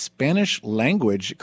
Spanish-language